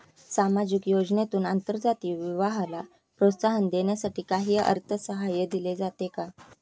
सामाजिक योजनेतून आंतरजातीय विवाहाला प्रोत्साहन देण्यासाठी काही अर्थसहाय्य दिले जाते का?